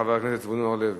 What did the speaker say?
בבקשה, חבר הכנסת זבולון אורלב.